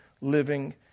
living